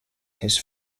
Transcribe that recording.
his